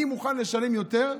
אני מוכן לשלם יותר,